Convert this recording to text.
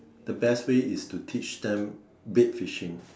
the best way is to teach them bait fishing